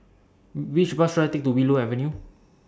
Which Bus should I Take to Willow Avenue